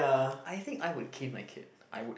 I think I would cane my kid I would